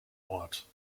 ort